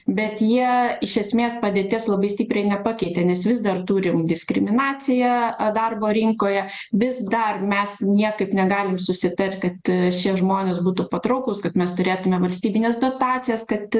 bet jie iš esmės padėties labai stipriai nepakeitė nes vis dar turim diskriminaciją darbo rinkoje vis dar mes niekaip negalim susitart kad šie žmonės būtų patrauklūs kad mes turėtumėm valstybines dotacijas kad